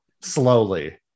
slowly